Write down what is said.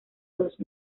dos